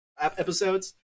episodes